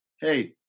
hey